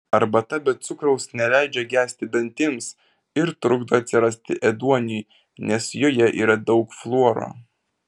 arbata be cukraus neleidžia gesti dantims ir trukdo atsirasti ėduoniui nes joje yra daug fluoro